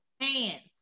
hands